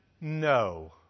no